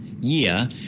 year